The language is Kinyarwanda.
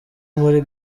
muri